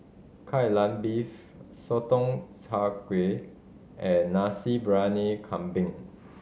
Kai Lan Beef Sotong Char Kway and Nasi Briyani Kambing